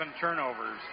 turnovers